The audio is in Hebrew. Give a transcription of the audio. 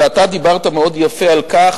ואתה דיברת מאוד יפה על כך